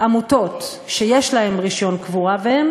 עמותות שיש להן רישיון לקבור, והם